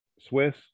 Swiss